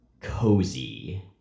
cozy